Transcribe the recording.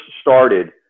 started